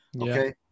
okay